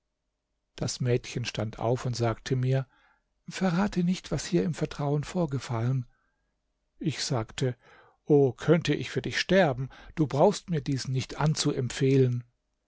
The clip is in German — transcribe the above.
das mädchen stand auf und sagte mir verrate nicht was hier im vertrauen vorgefallen ich sagte o könnte ich für dich sterben du brauchst mir dies nicht anzuempfehlen